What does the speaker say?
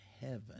heaven